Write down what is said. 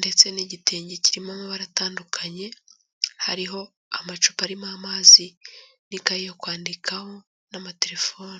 ndetse n'igitenge kirimo amabara atandukanye, hariho amacupa arimo amazi n'ikayi yo kwandikaho n'amaterefoni.